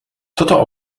toto